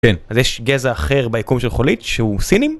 יש גזע אחר ביקום של חולית שהוא סינים